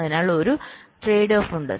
അതിനാൽ ഒരു trade off ഉണ്ട്